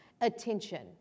attention